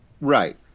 Right